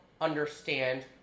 understand